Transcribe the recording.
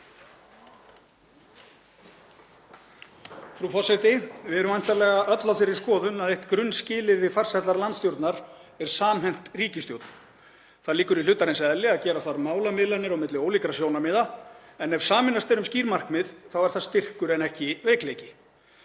Frú forseti. Við erum væntanlega öll á þeirri skoðun að eitt grunnskilyrði farsællar landsstjórnar sé samhent ríkisstjórn. Það liggur í hlutarins eðli að gera þarf málamiðlanir milli ólíkra sjónarmiða en ef sameinast er um skýr markmið er það styrkur ekki veikleiki.